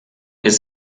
ist